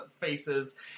faces